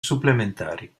supplementari